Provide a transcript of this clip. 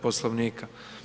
Poslovnika.